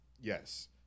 yes